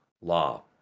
law